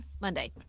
Monday